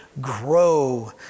grow